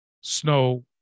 snow